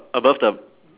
above the